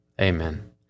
Amen